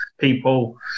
people